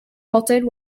halted